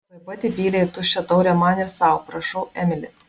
tuoj pat įpylė į tuščią taurę man ir sau prašau emili